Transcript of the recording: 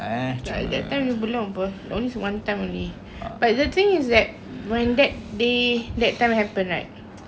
jap at that time you belum apa at least one time only but the thing is that when that day that time happened right